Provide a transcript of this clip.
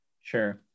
Sure